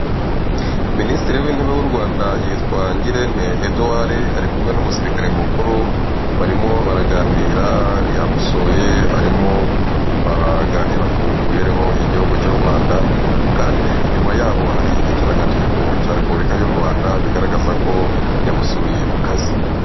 Minisitiri w'intebe w'u Rwanda yitwa Ngirente Eduwari arikumwe n'umusirikare mukuru barimo baraganira yamusuye arimo baraganira ku mibereho y'igihugu cy'u Rwanda kandi inyuma yabo hari ikirangantego cya repubulika y'u Rwanda bigaragaza ko yamusuye mu kazi.